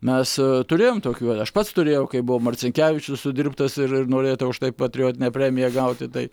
mes turėjom tokių aš pats turėjau kai buvo marcinkevičius sudirbtas ir norėta už tai patriotinę premiją gauti tai